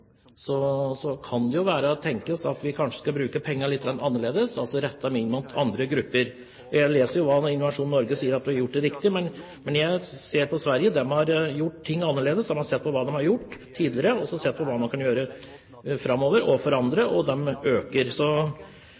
Så det er ganske store tall vi prater om. Og når vi samtidig vet at vi brukte 245 mill. kr på markedsføring i fjor og Sverige ca. 100 mill. svenske kroner, kan det tenkes at vi kanskje burde bruke pengene litt annerledes, f.eks. rette dem inn mot andre grupper. Jeg leser jo hva Innovasjon Norge sier, at man har gjort det riktige, men jeg ser på Sverige, de har gjort ting annerledes. De har sett på hva de har gjort tidligere, og